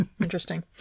Interesting